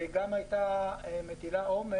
וזה גם היה מטיל עומס